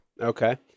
Okay